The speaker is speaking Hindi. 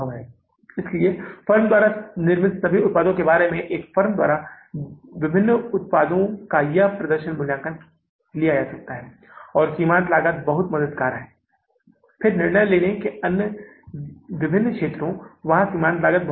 अब जुलाई के महीने के लिए फिर से आपको लगभग सब भरना है अब सभी कॉलम तैयार हैं आपको केवल जुलाई के महीने के लिए आंकड़े भरने हैं और अगर हम जुलाई के महीने के लिए आंकड़ा भरेंग